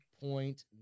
point